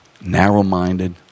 narrow-minded